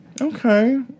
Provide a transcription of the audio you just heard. Okay